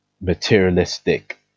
materialistic